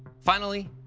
finally,